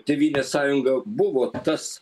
tėvynės sąjunga buvo tas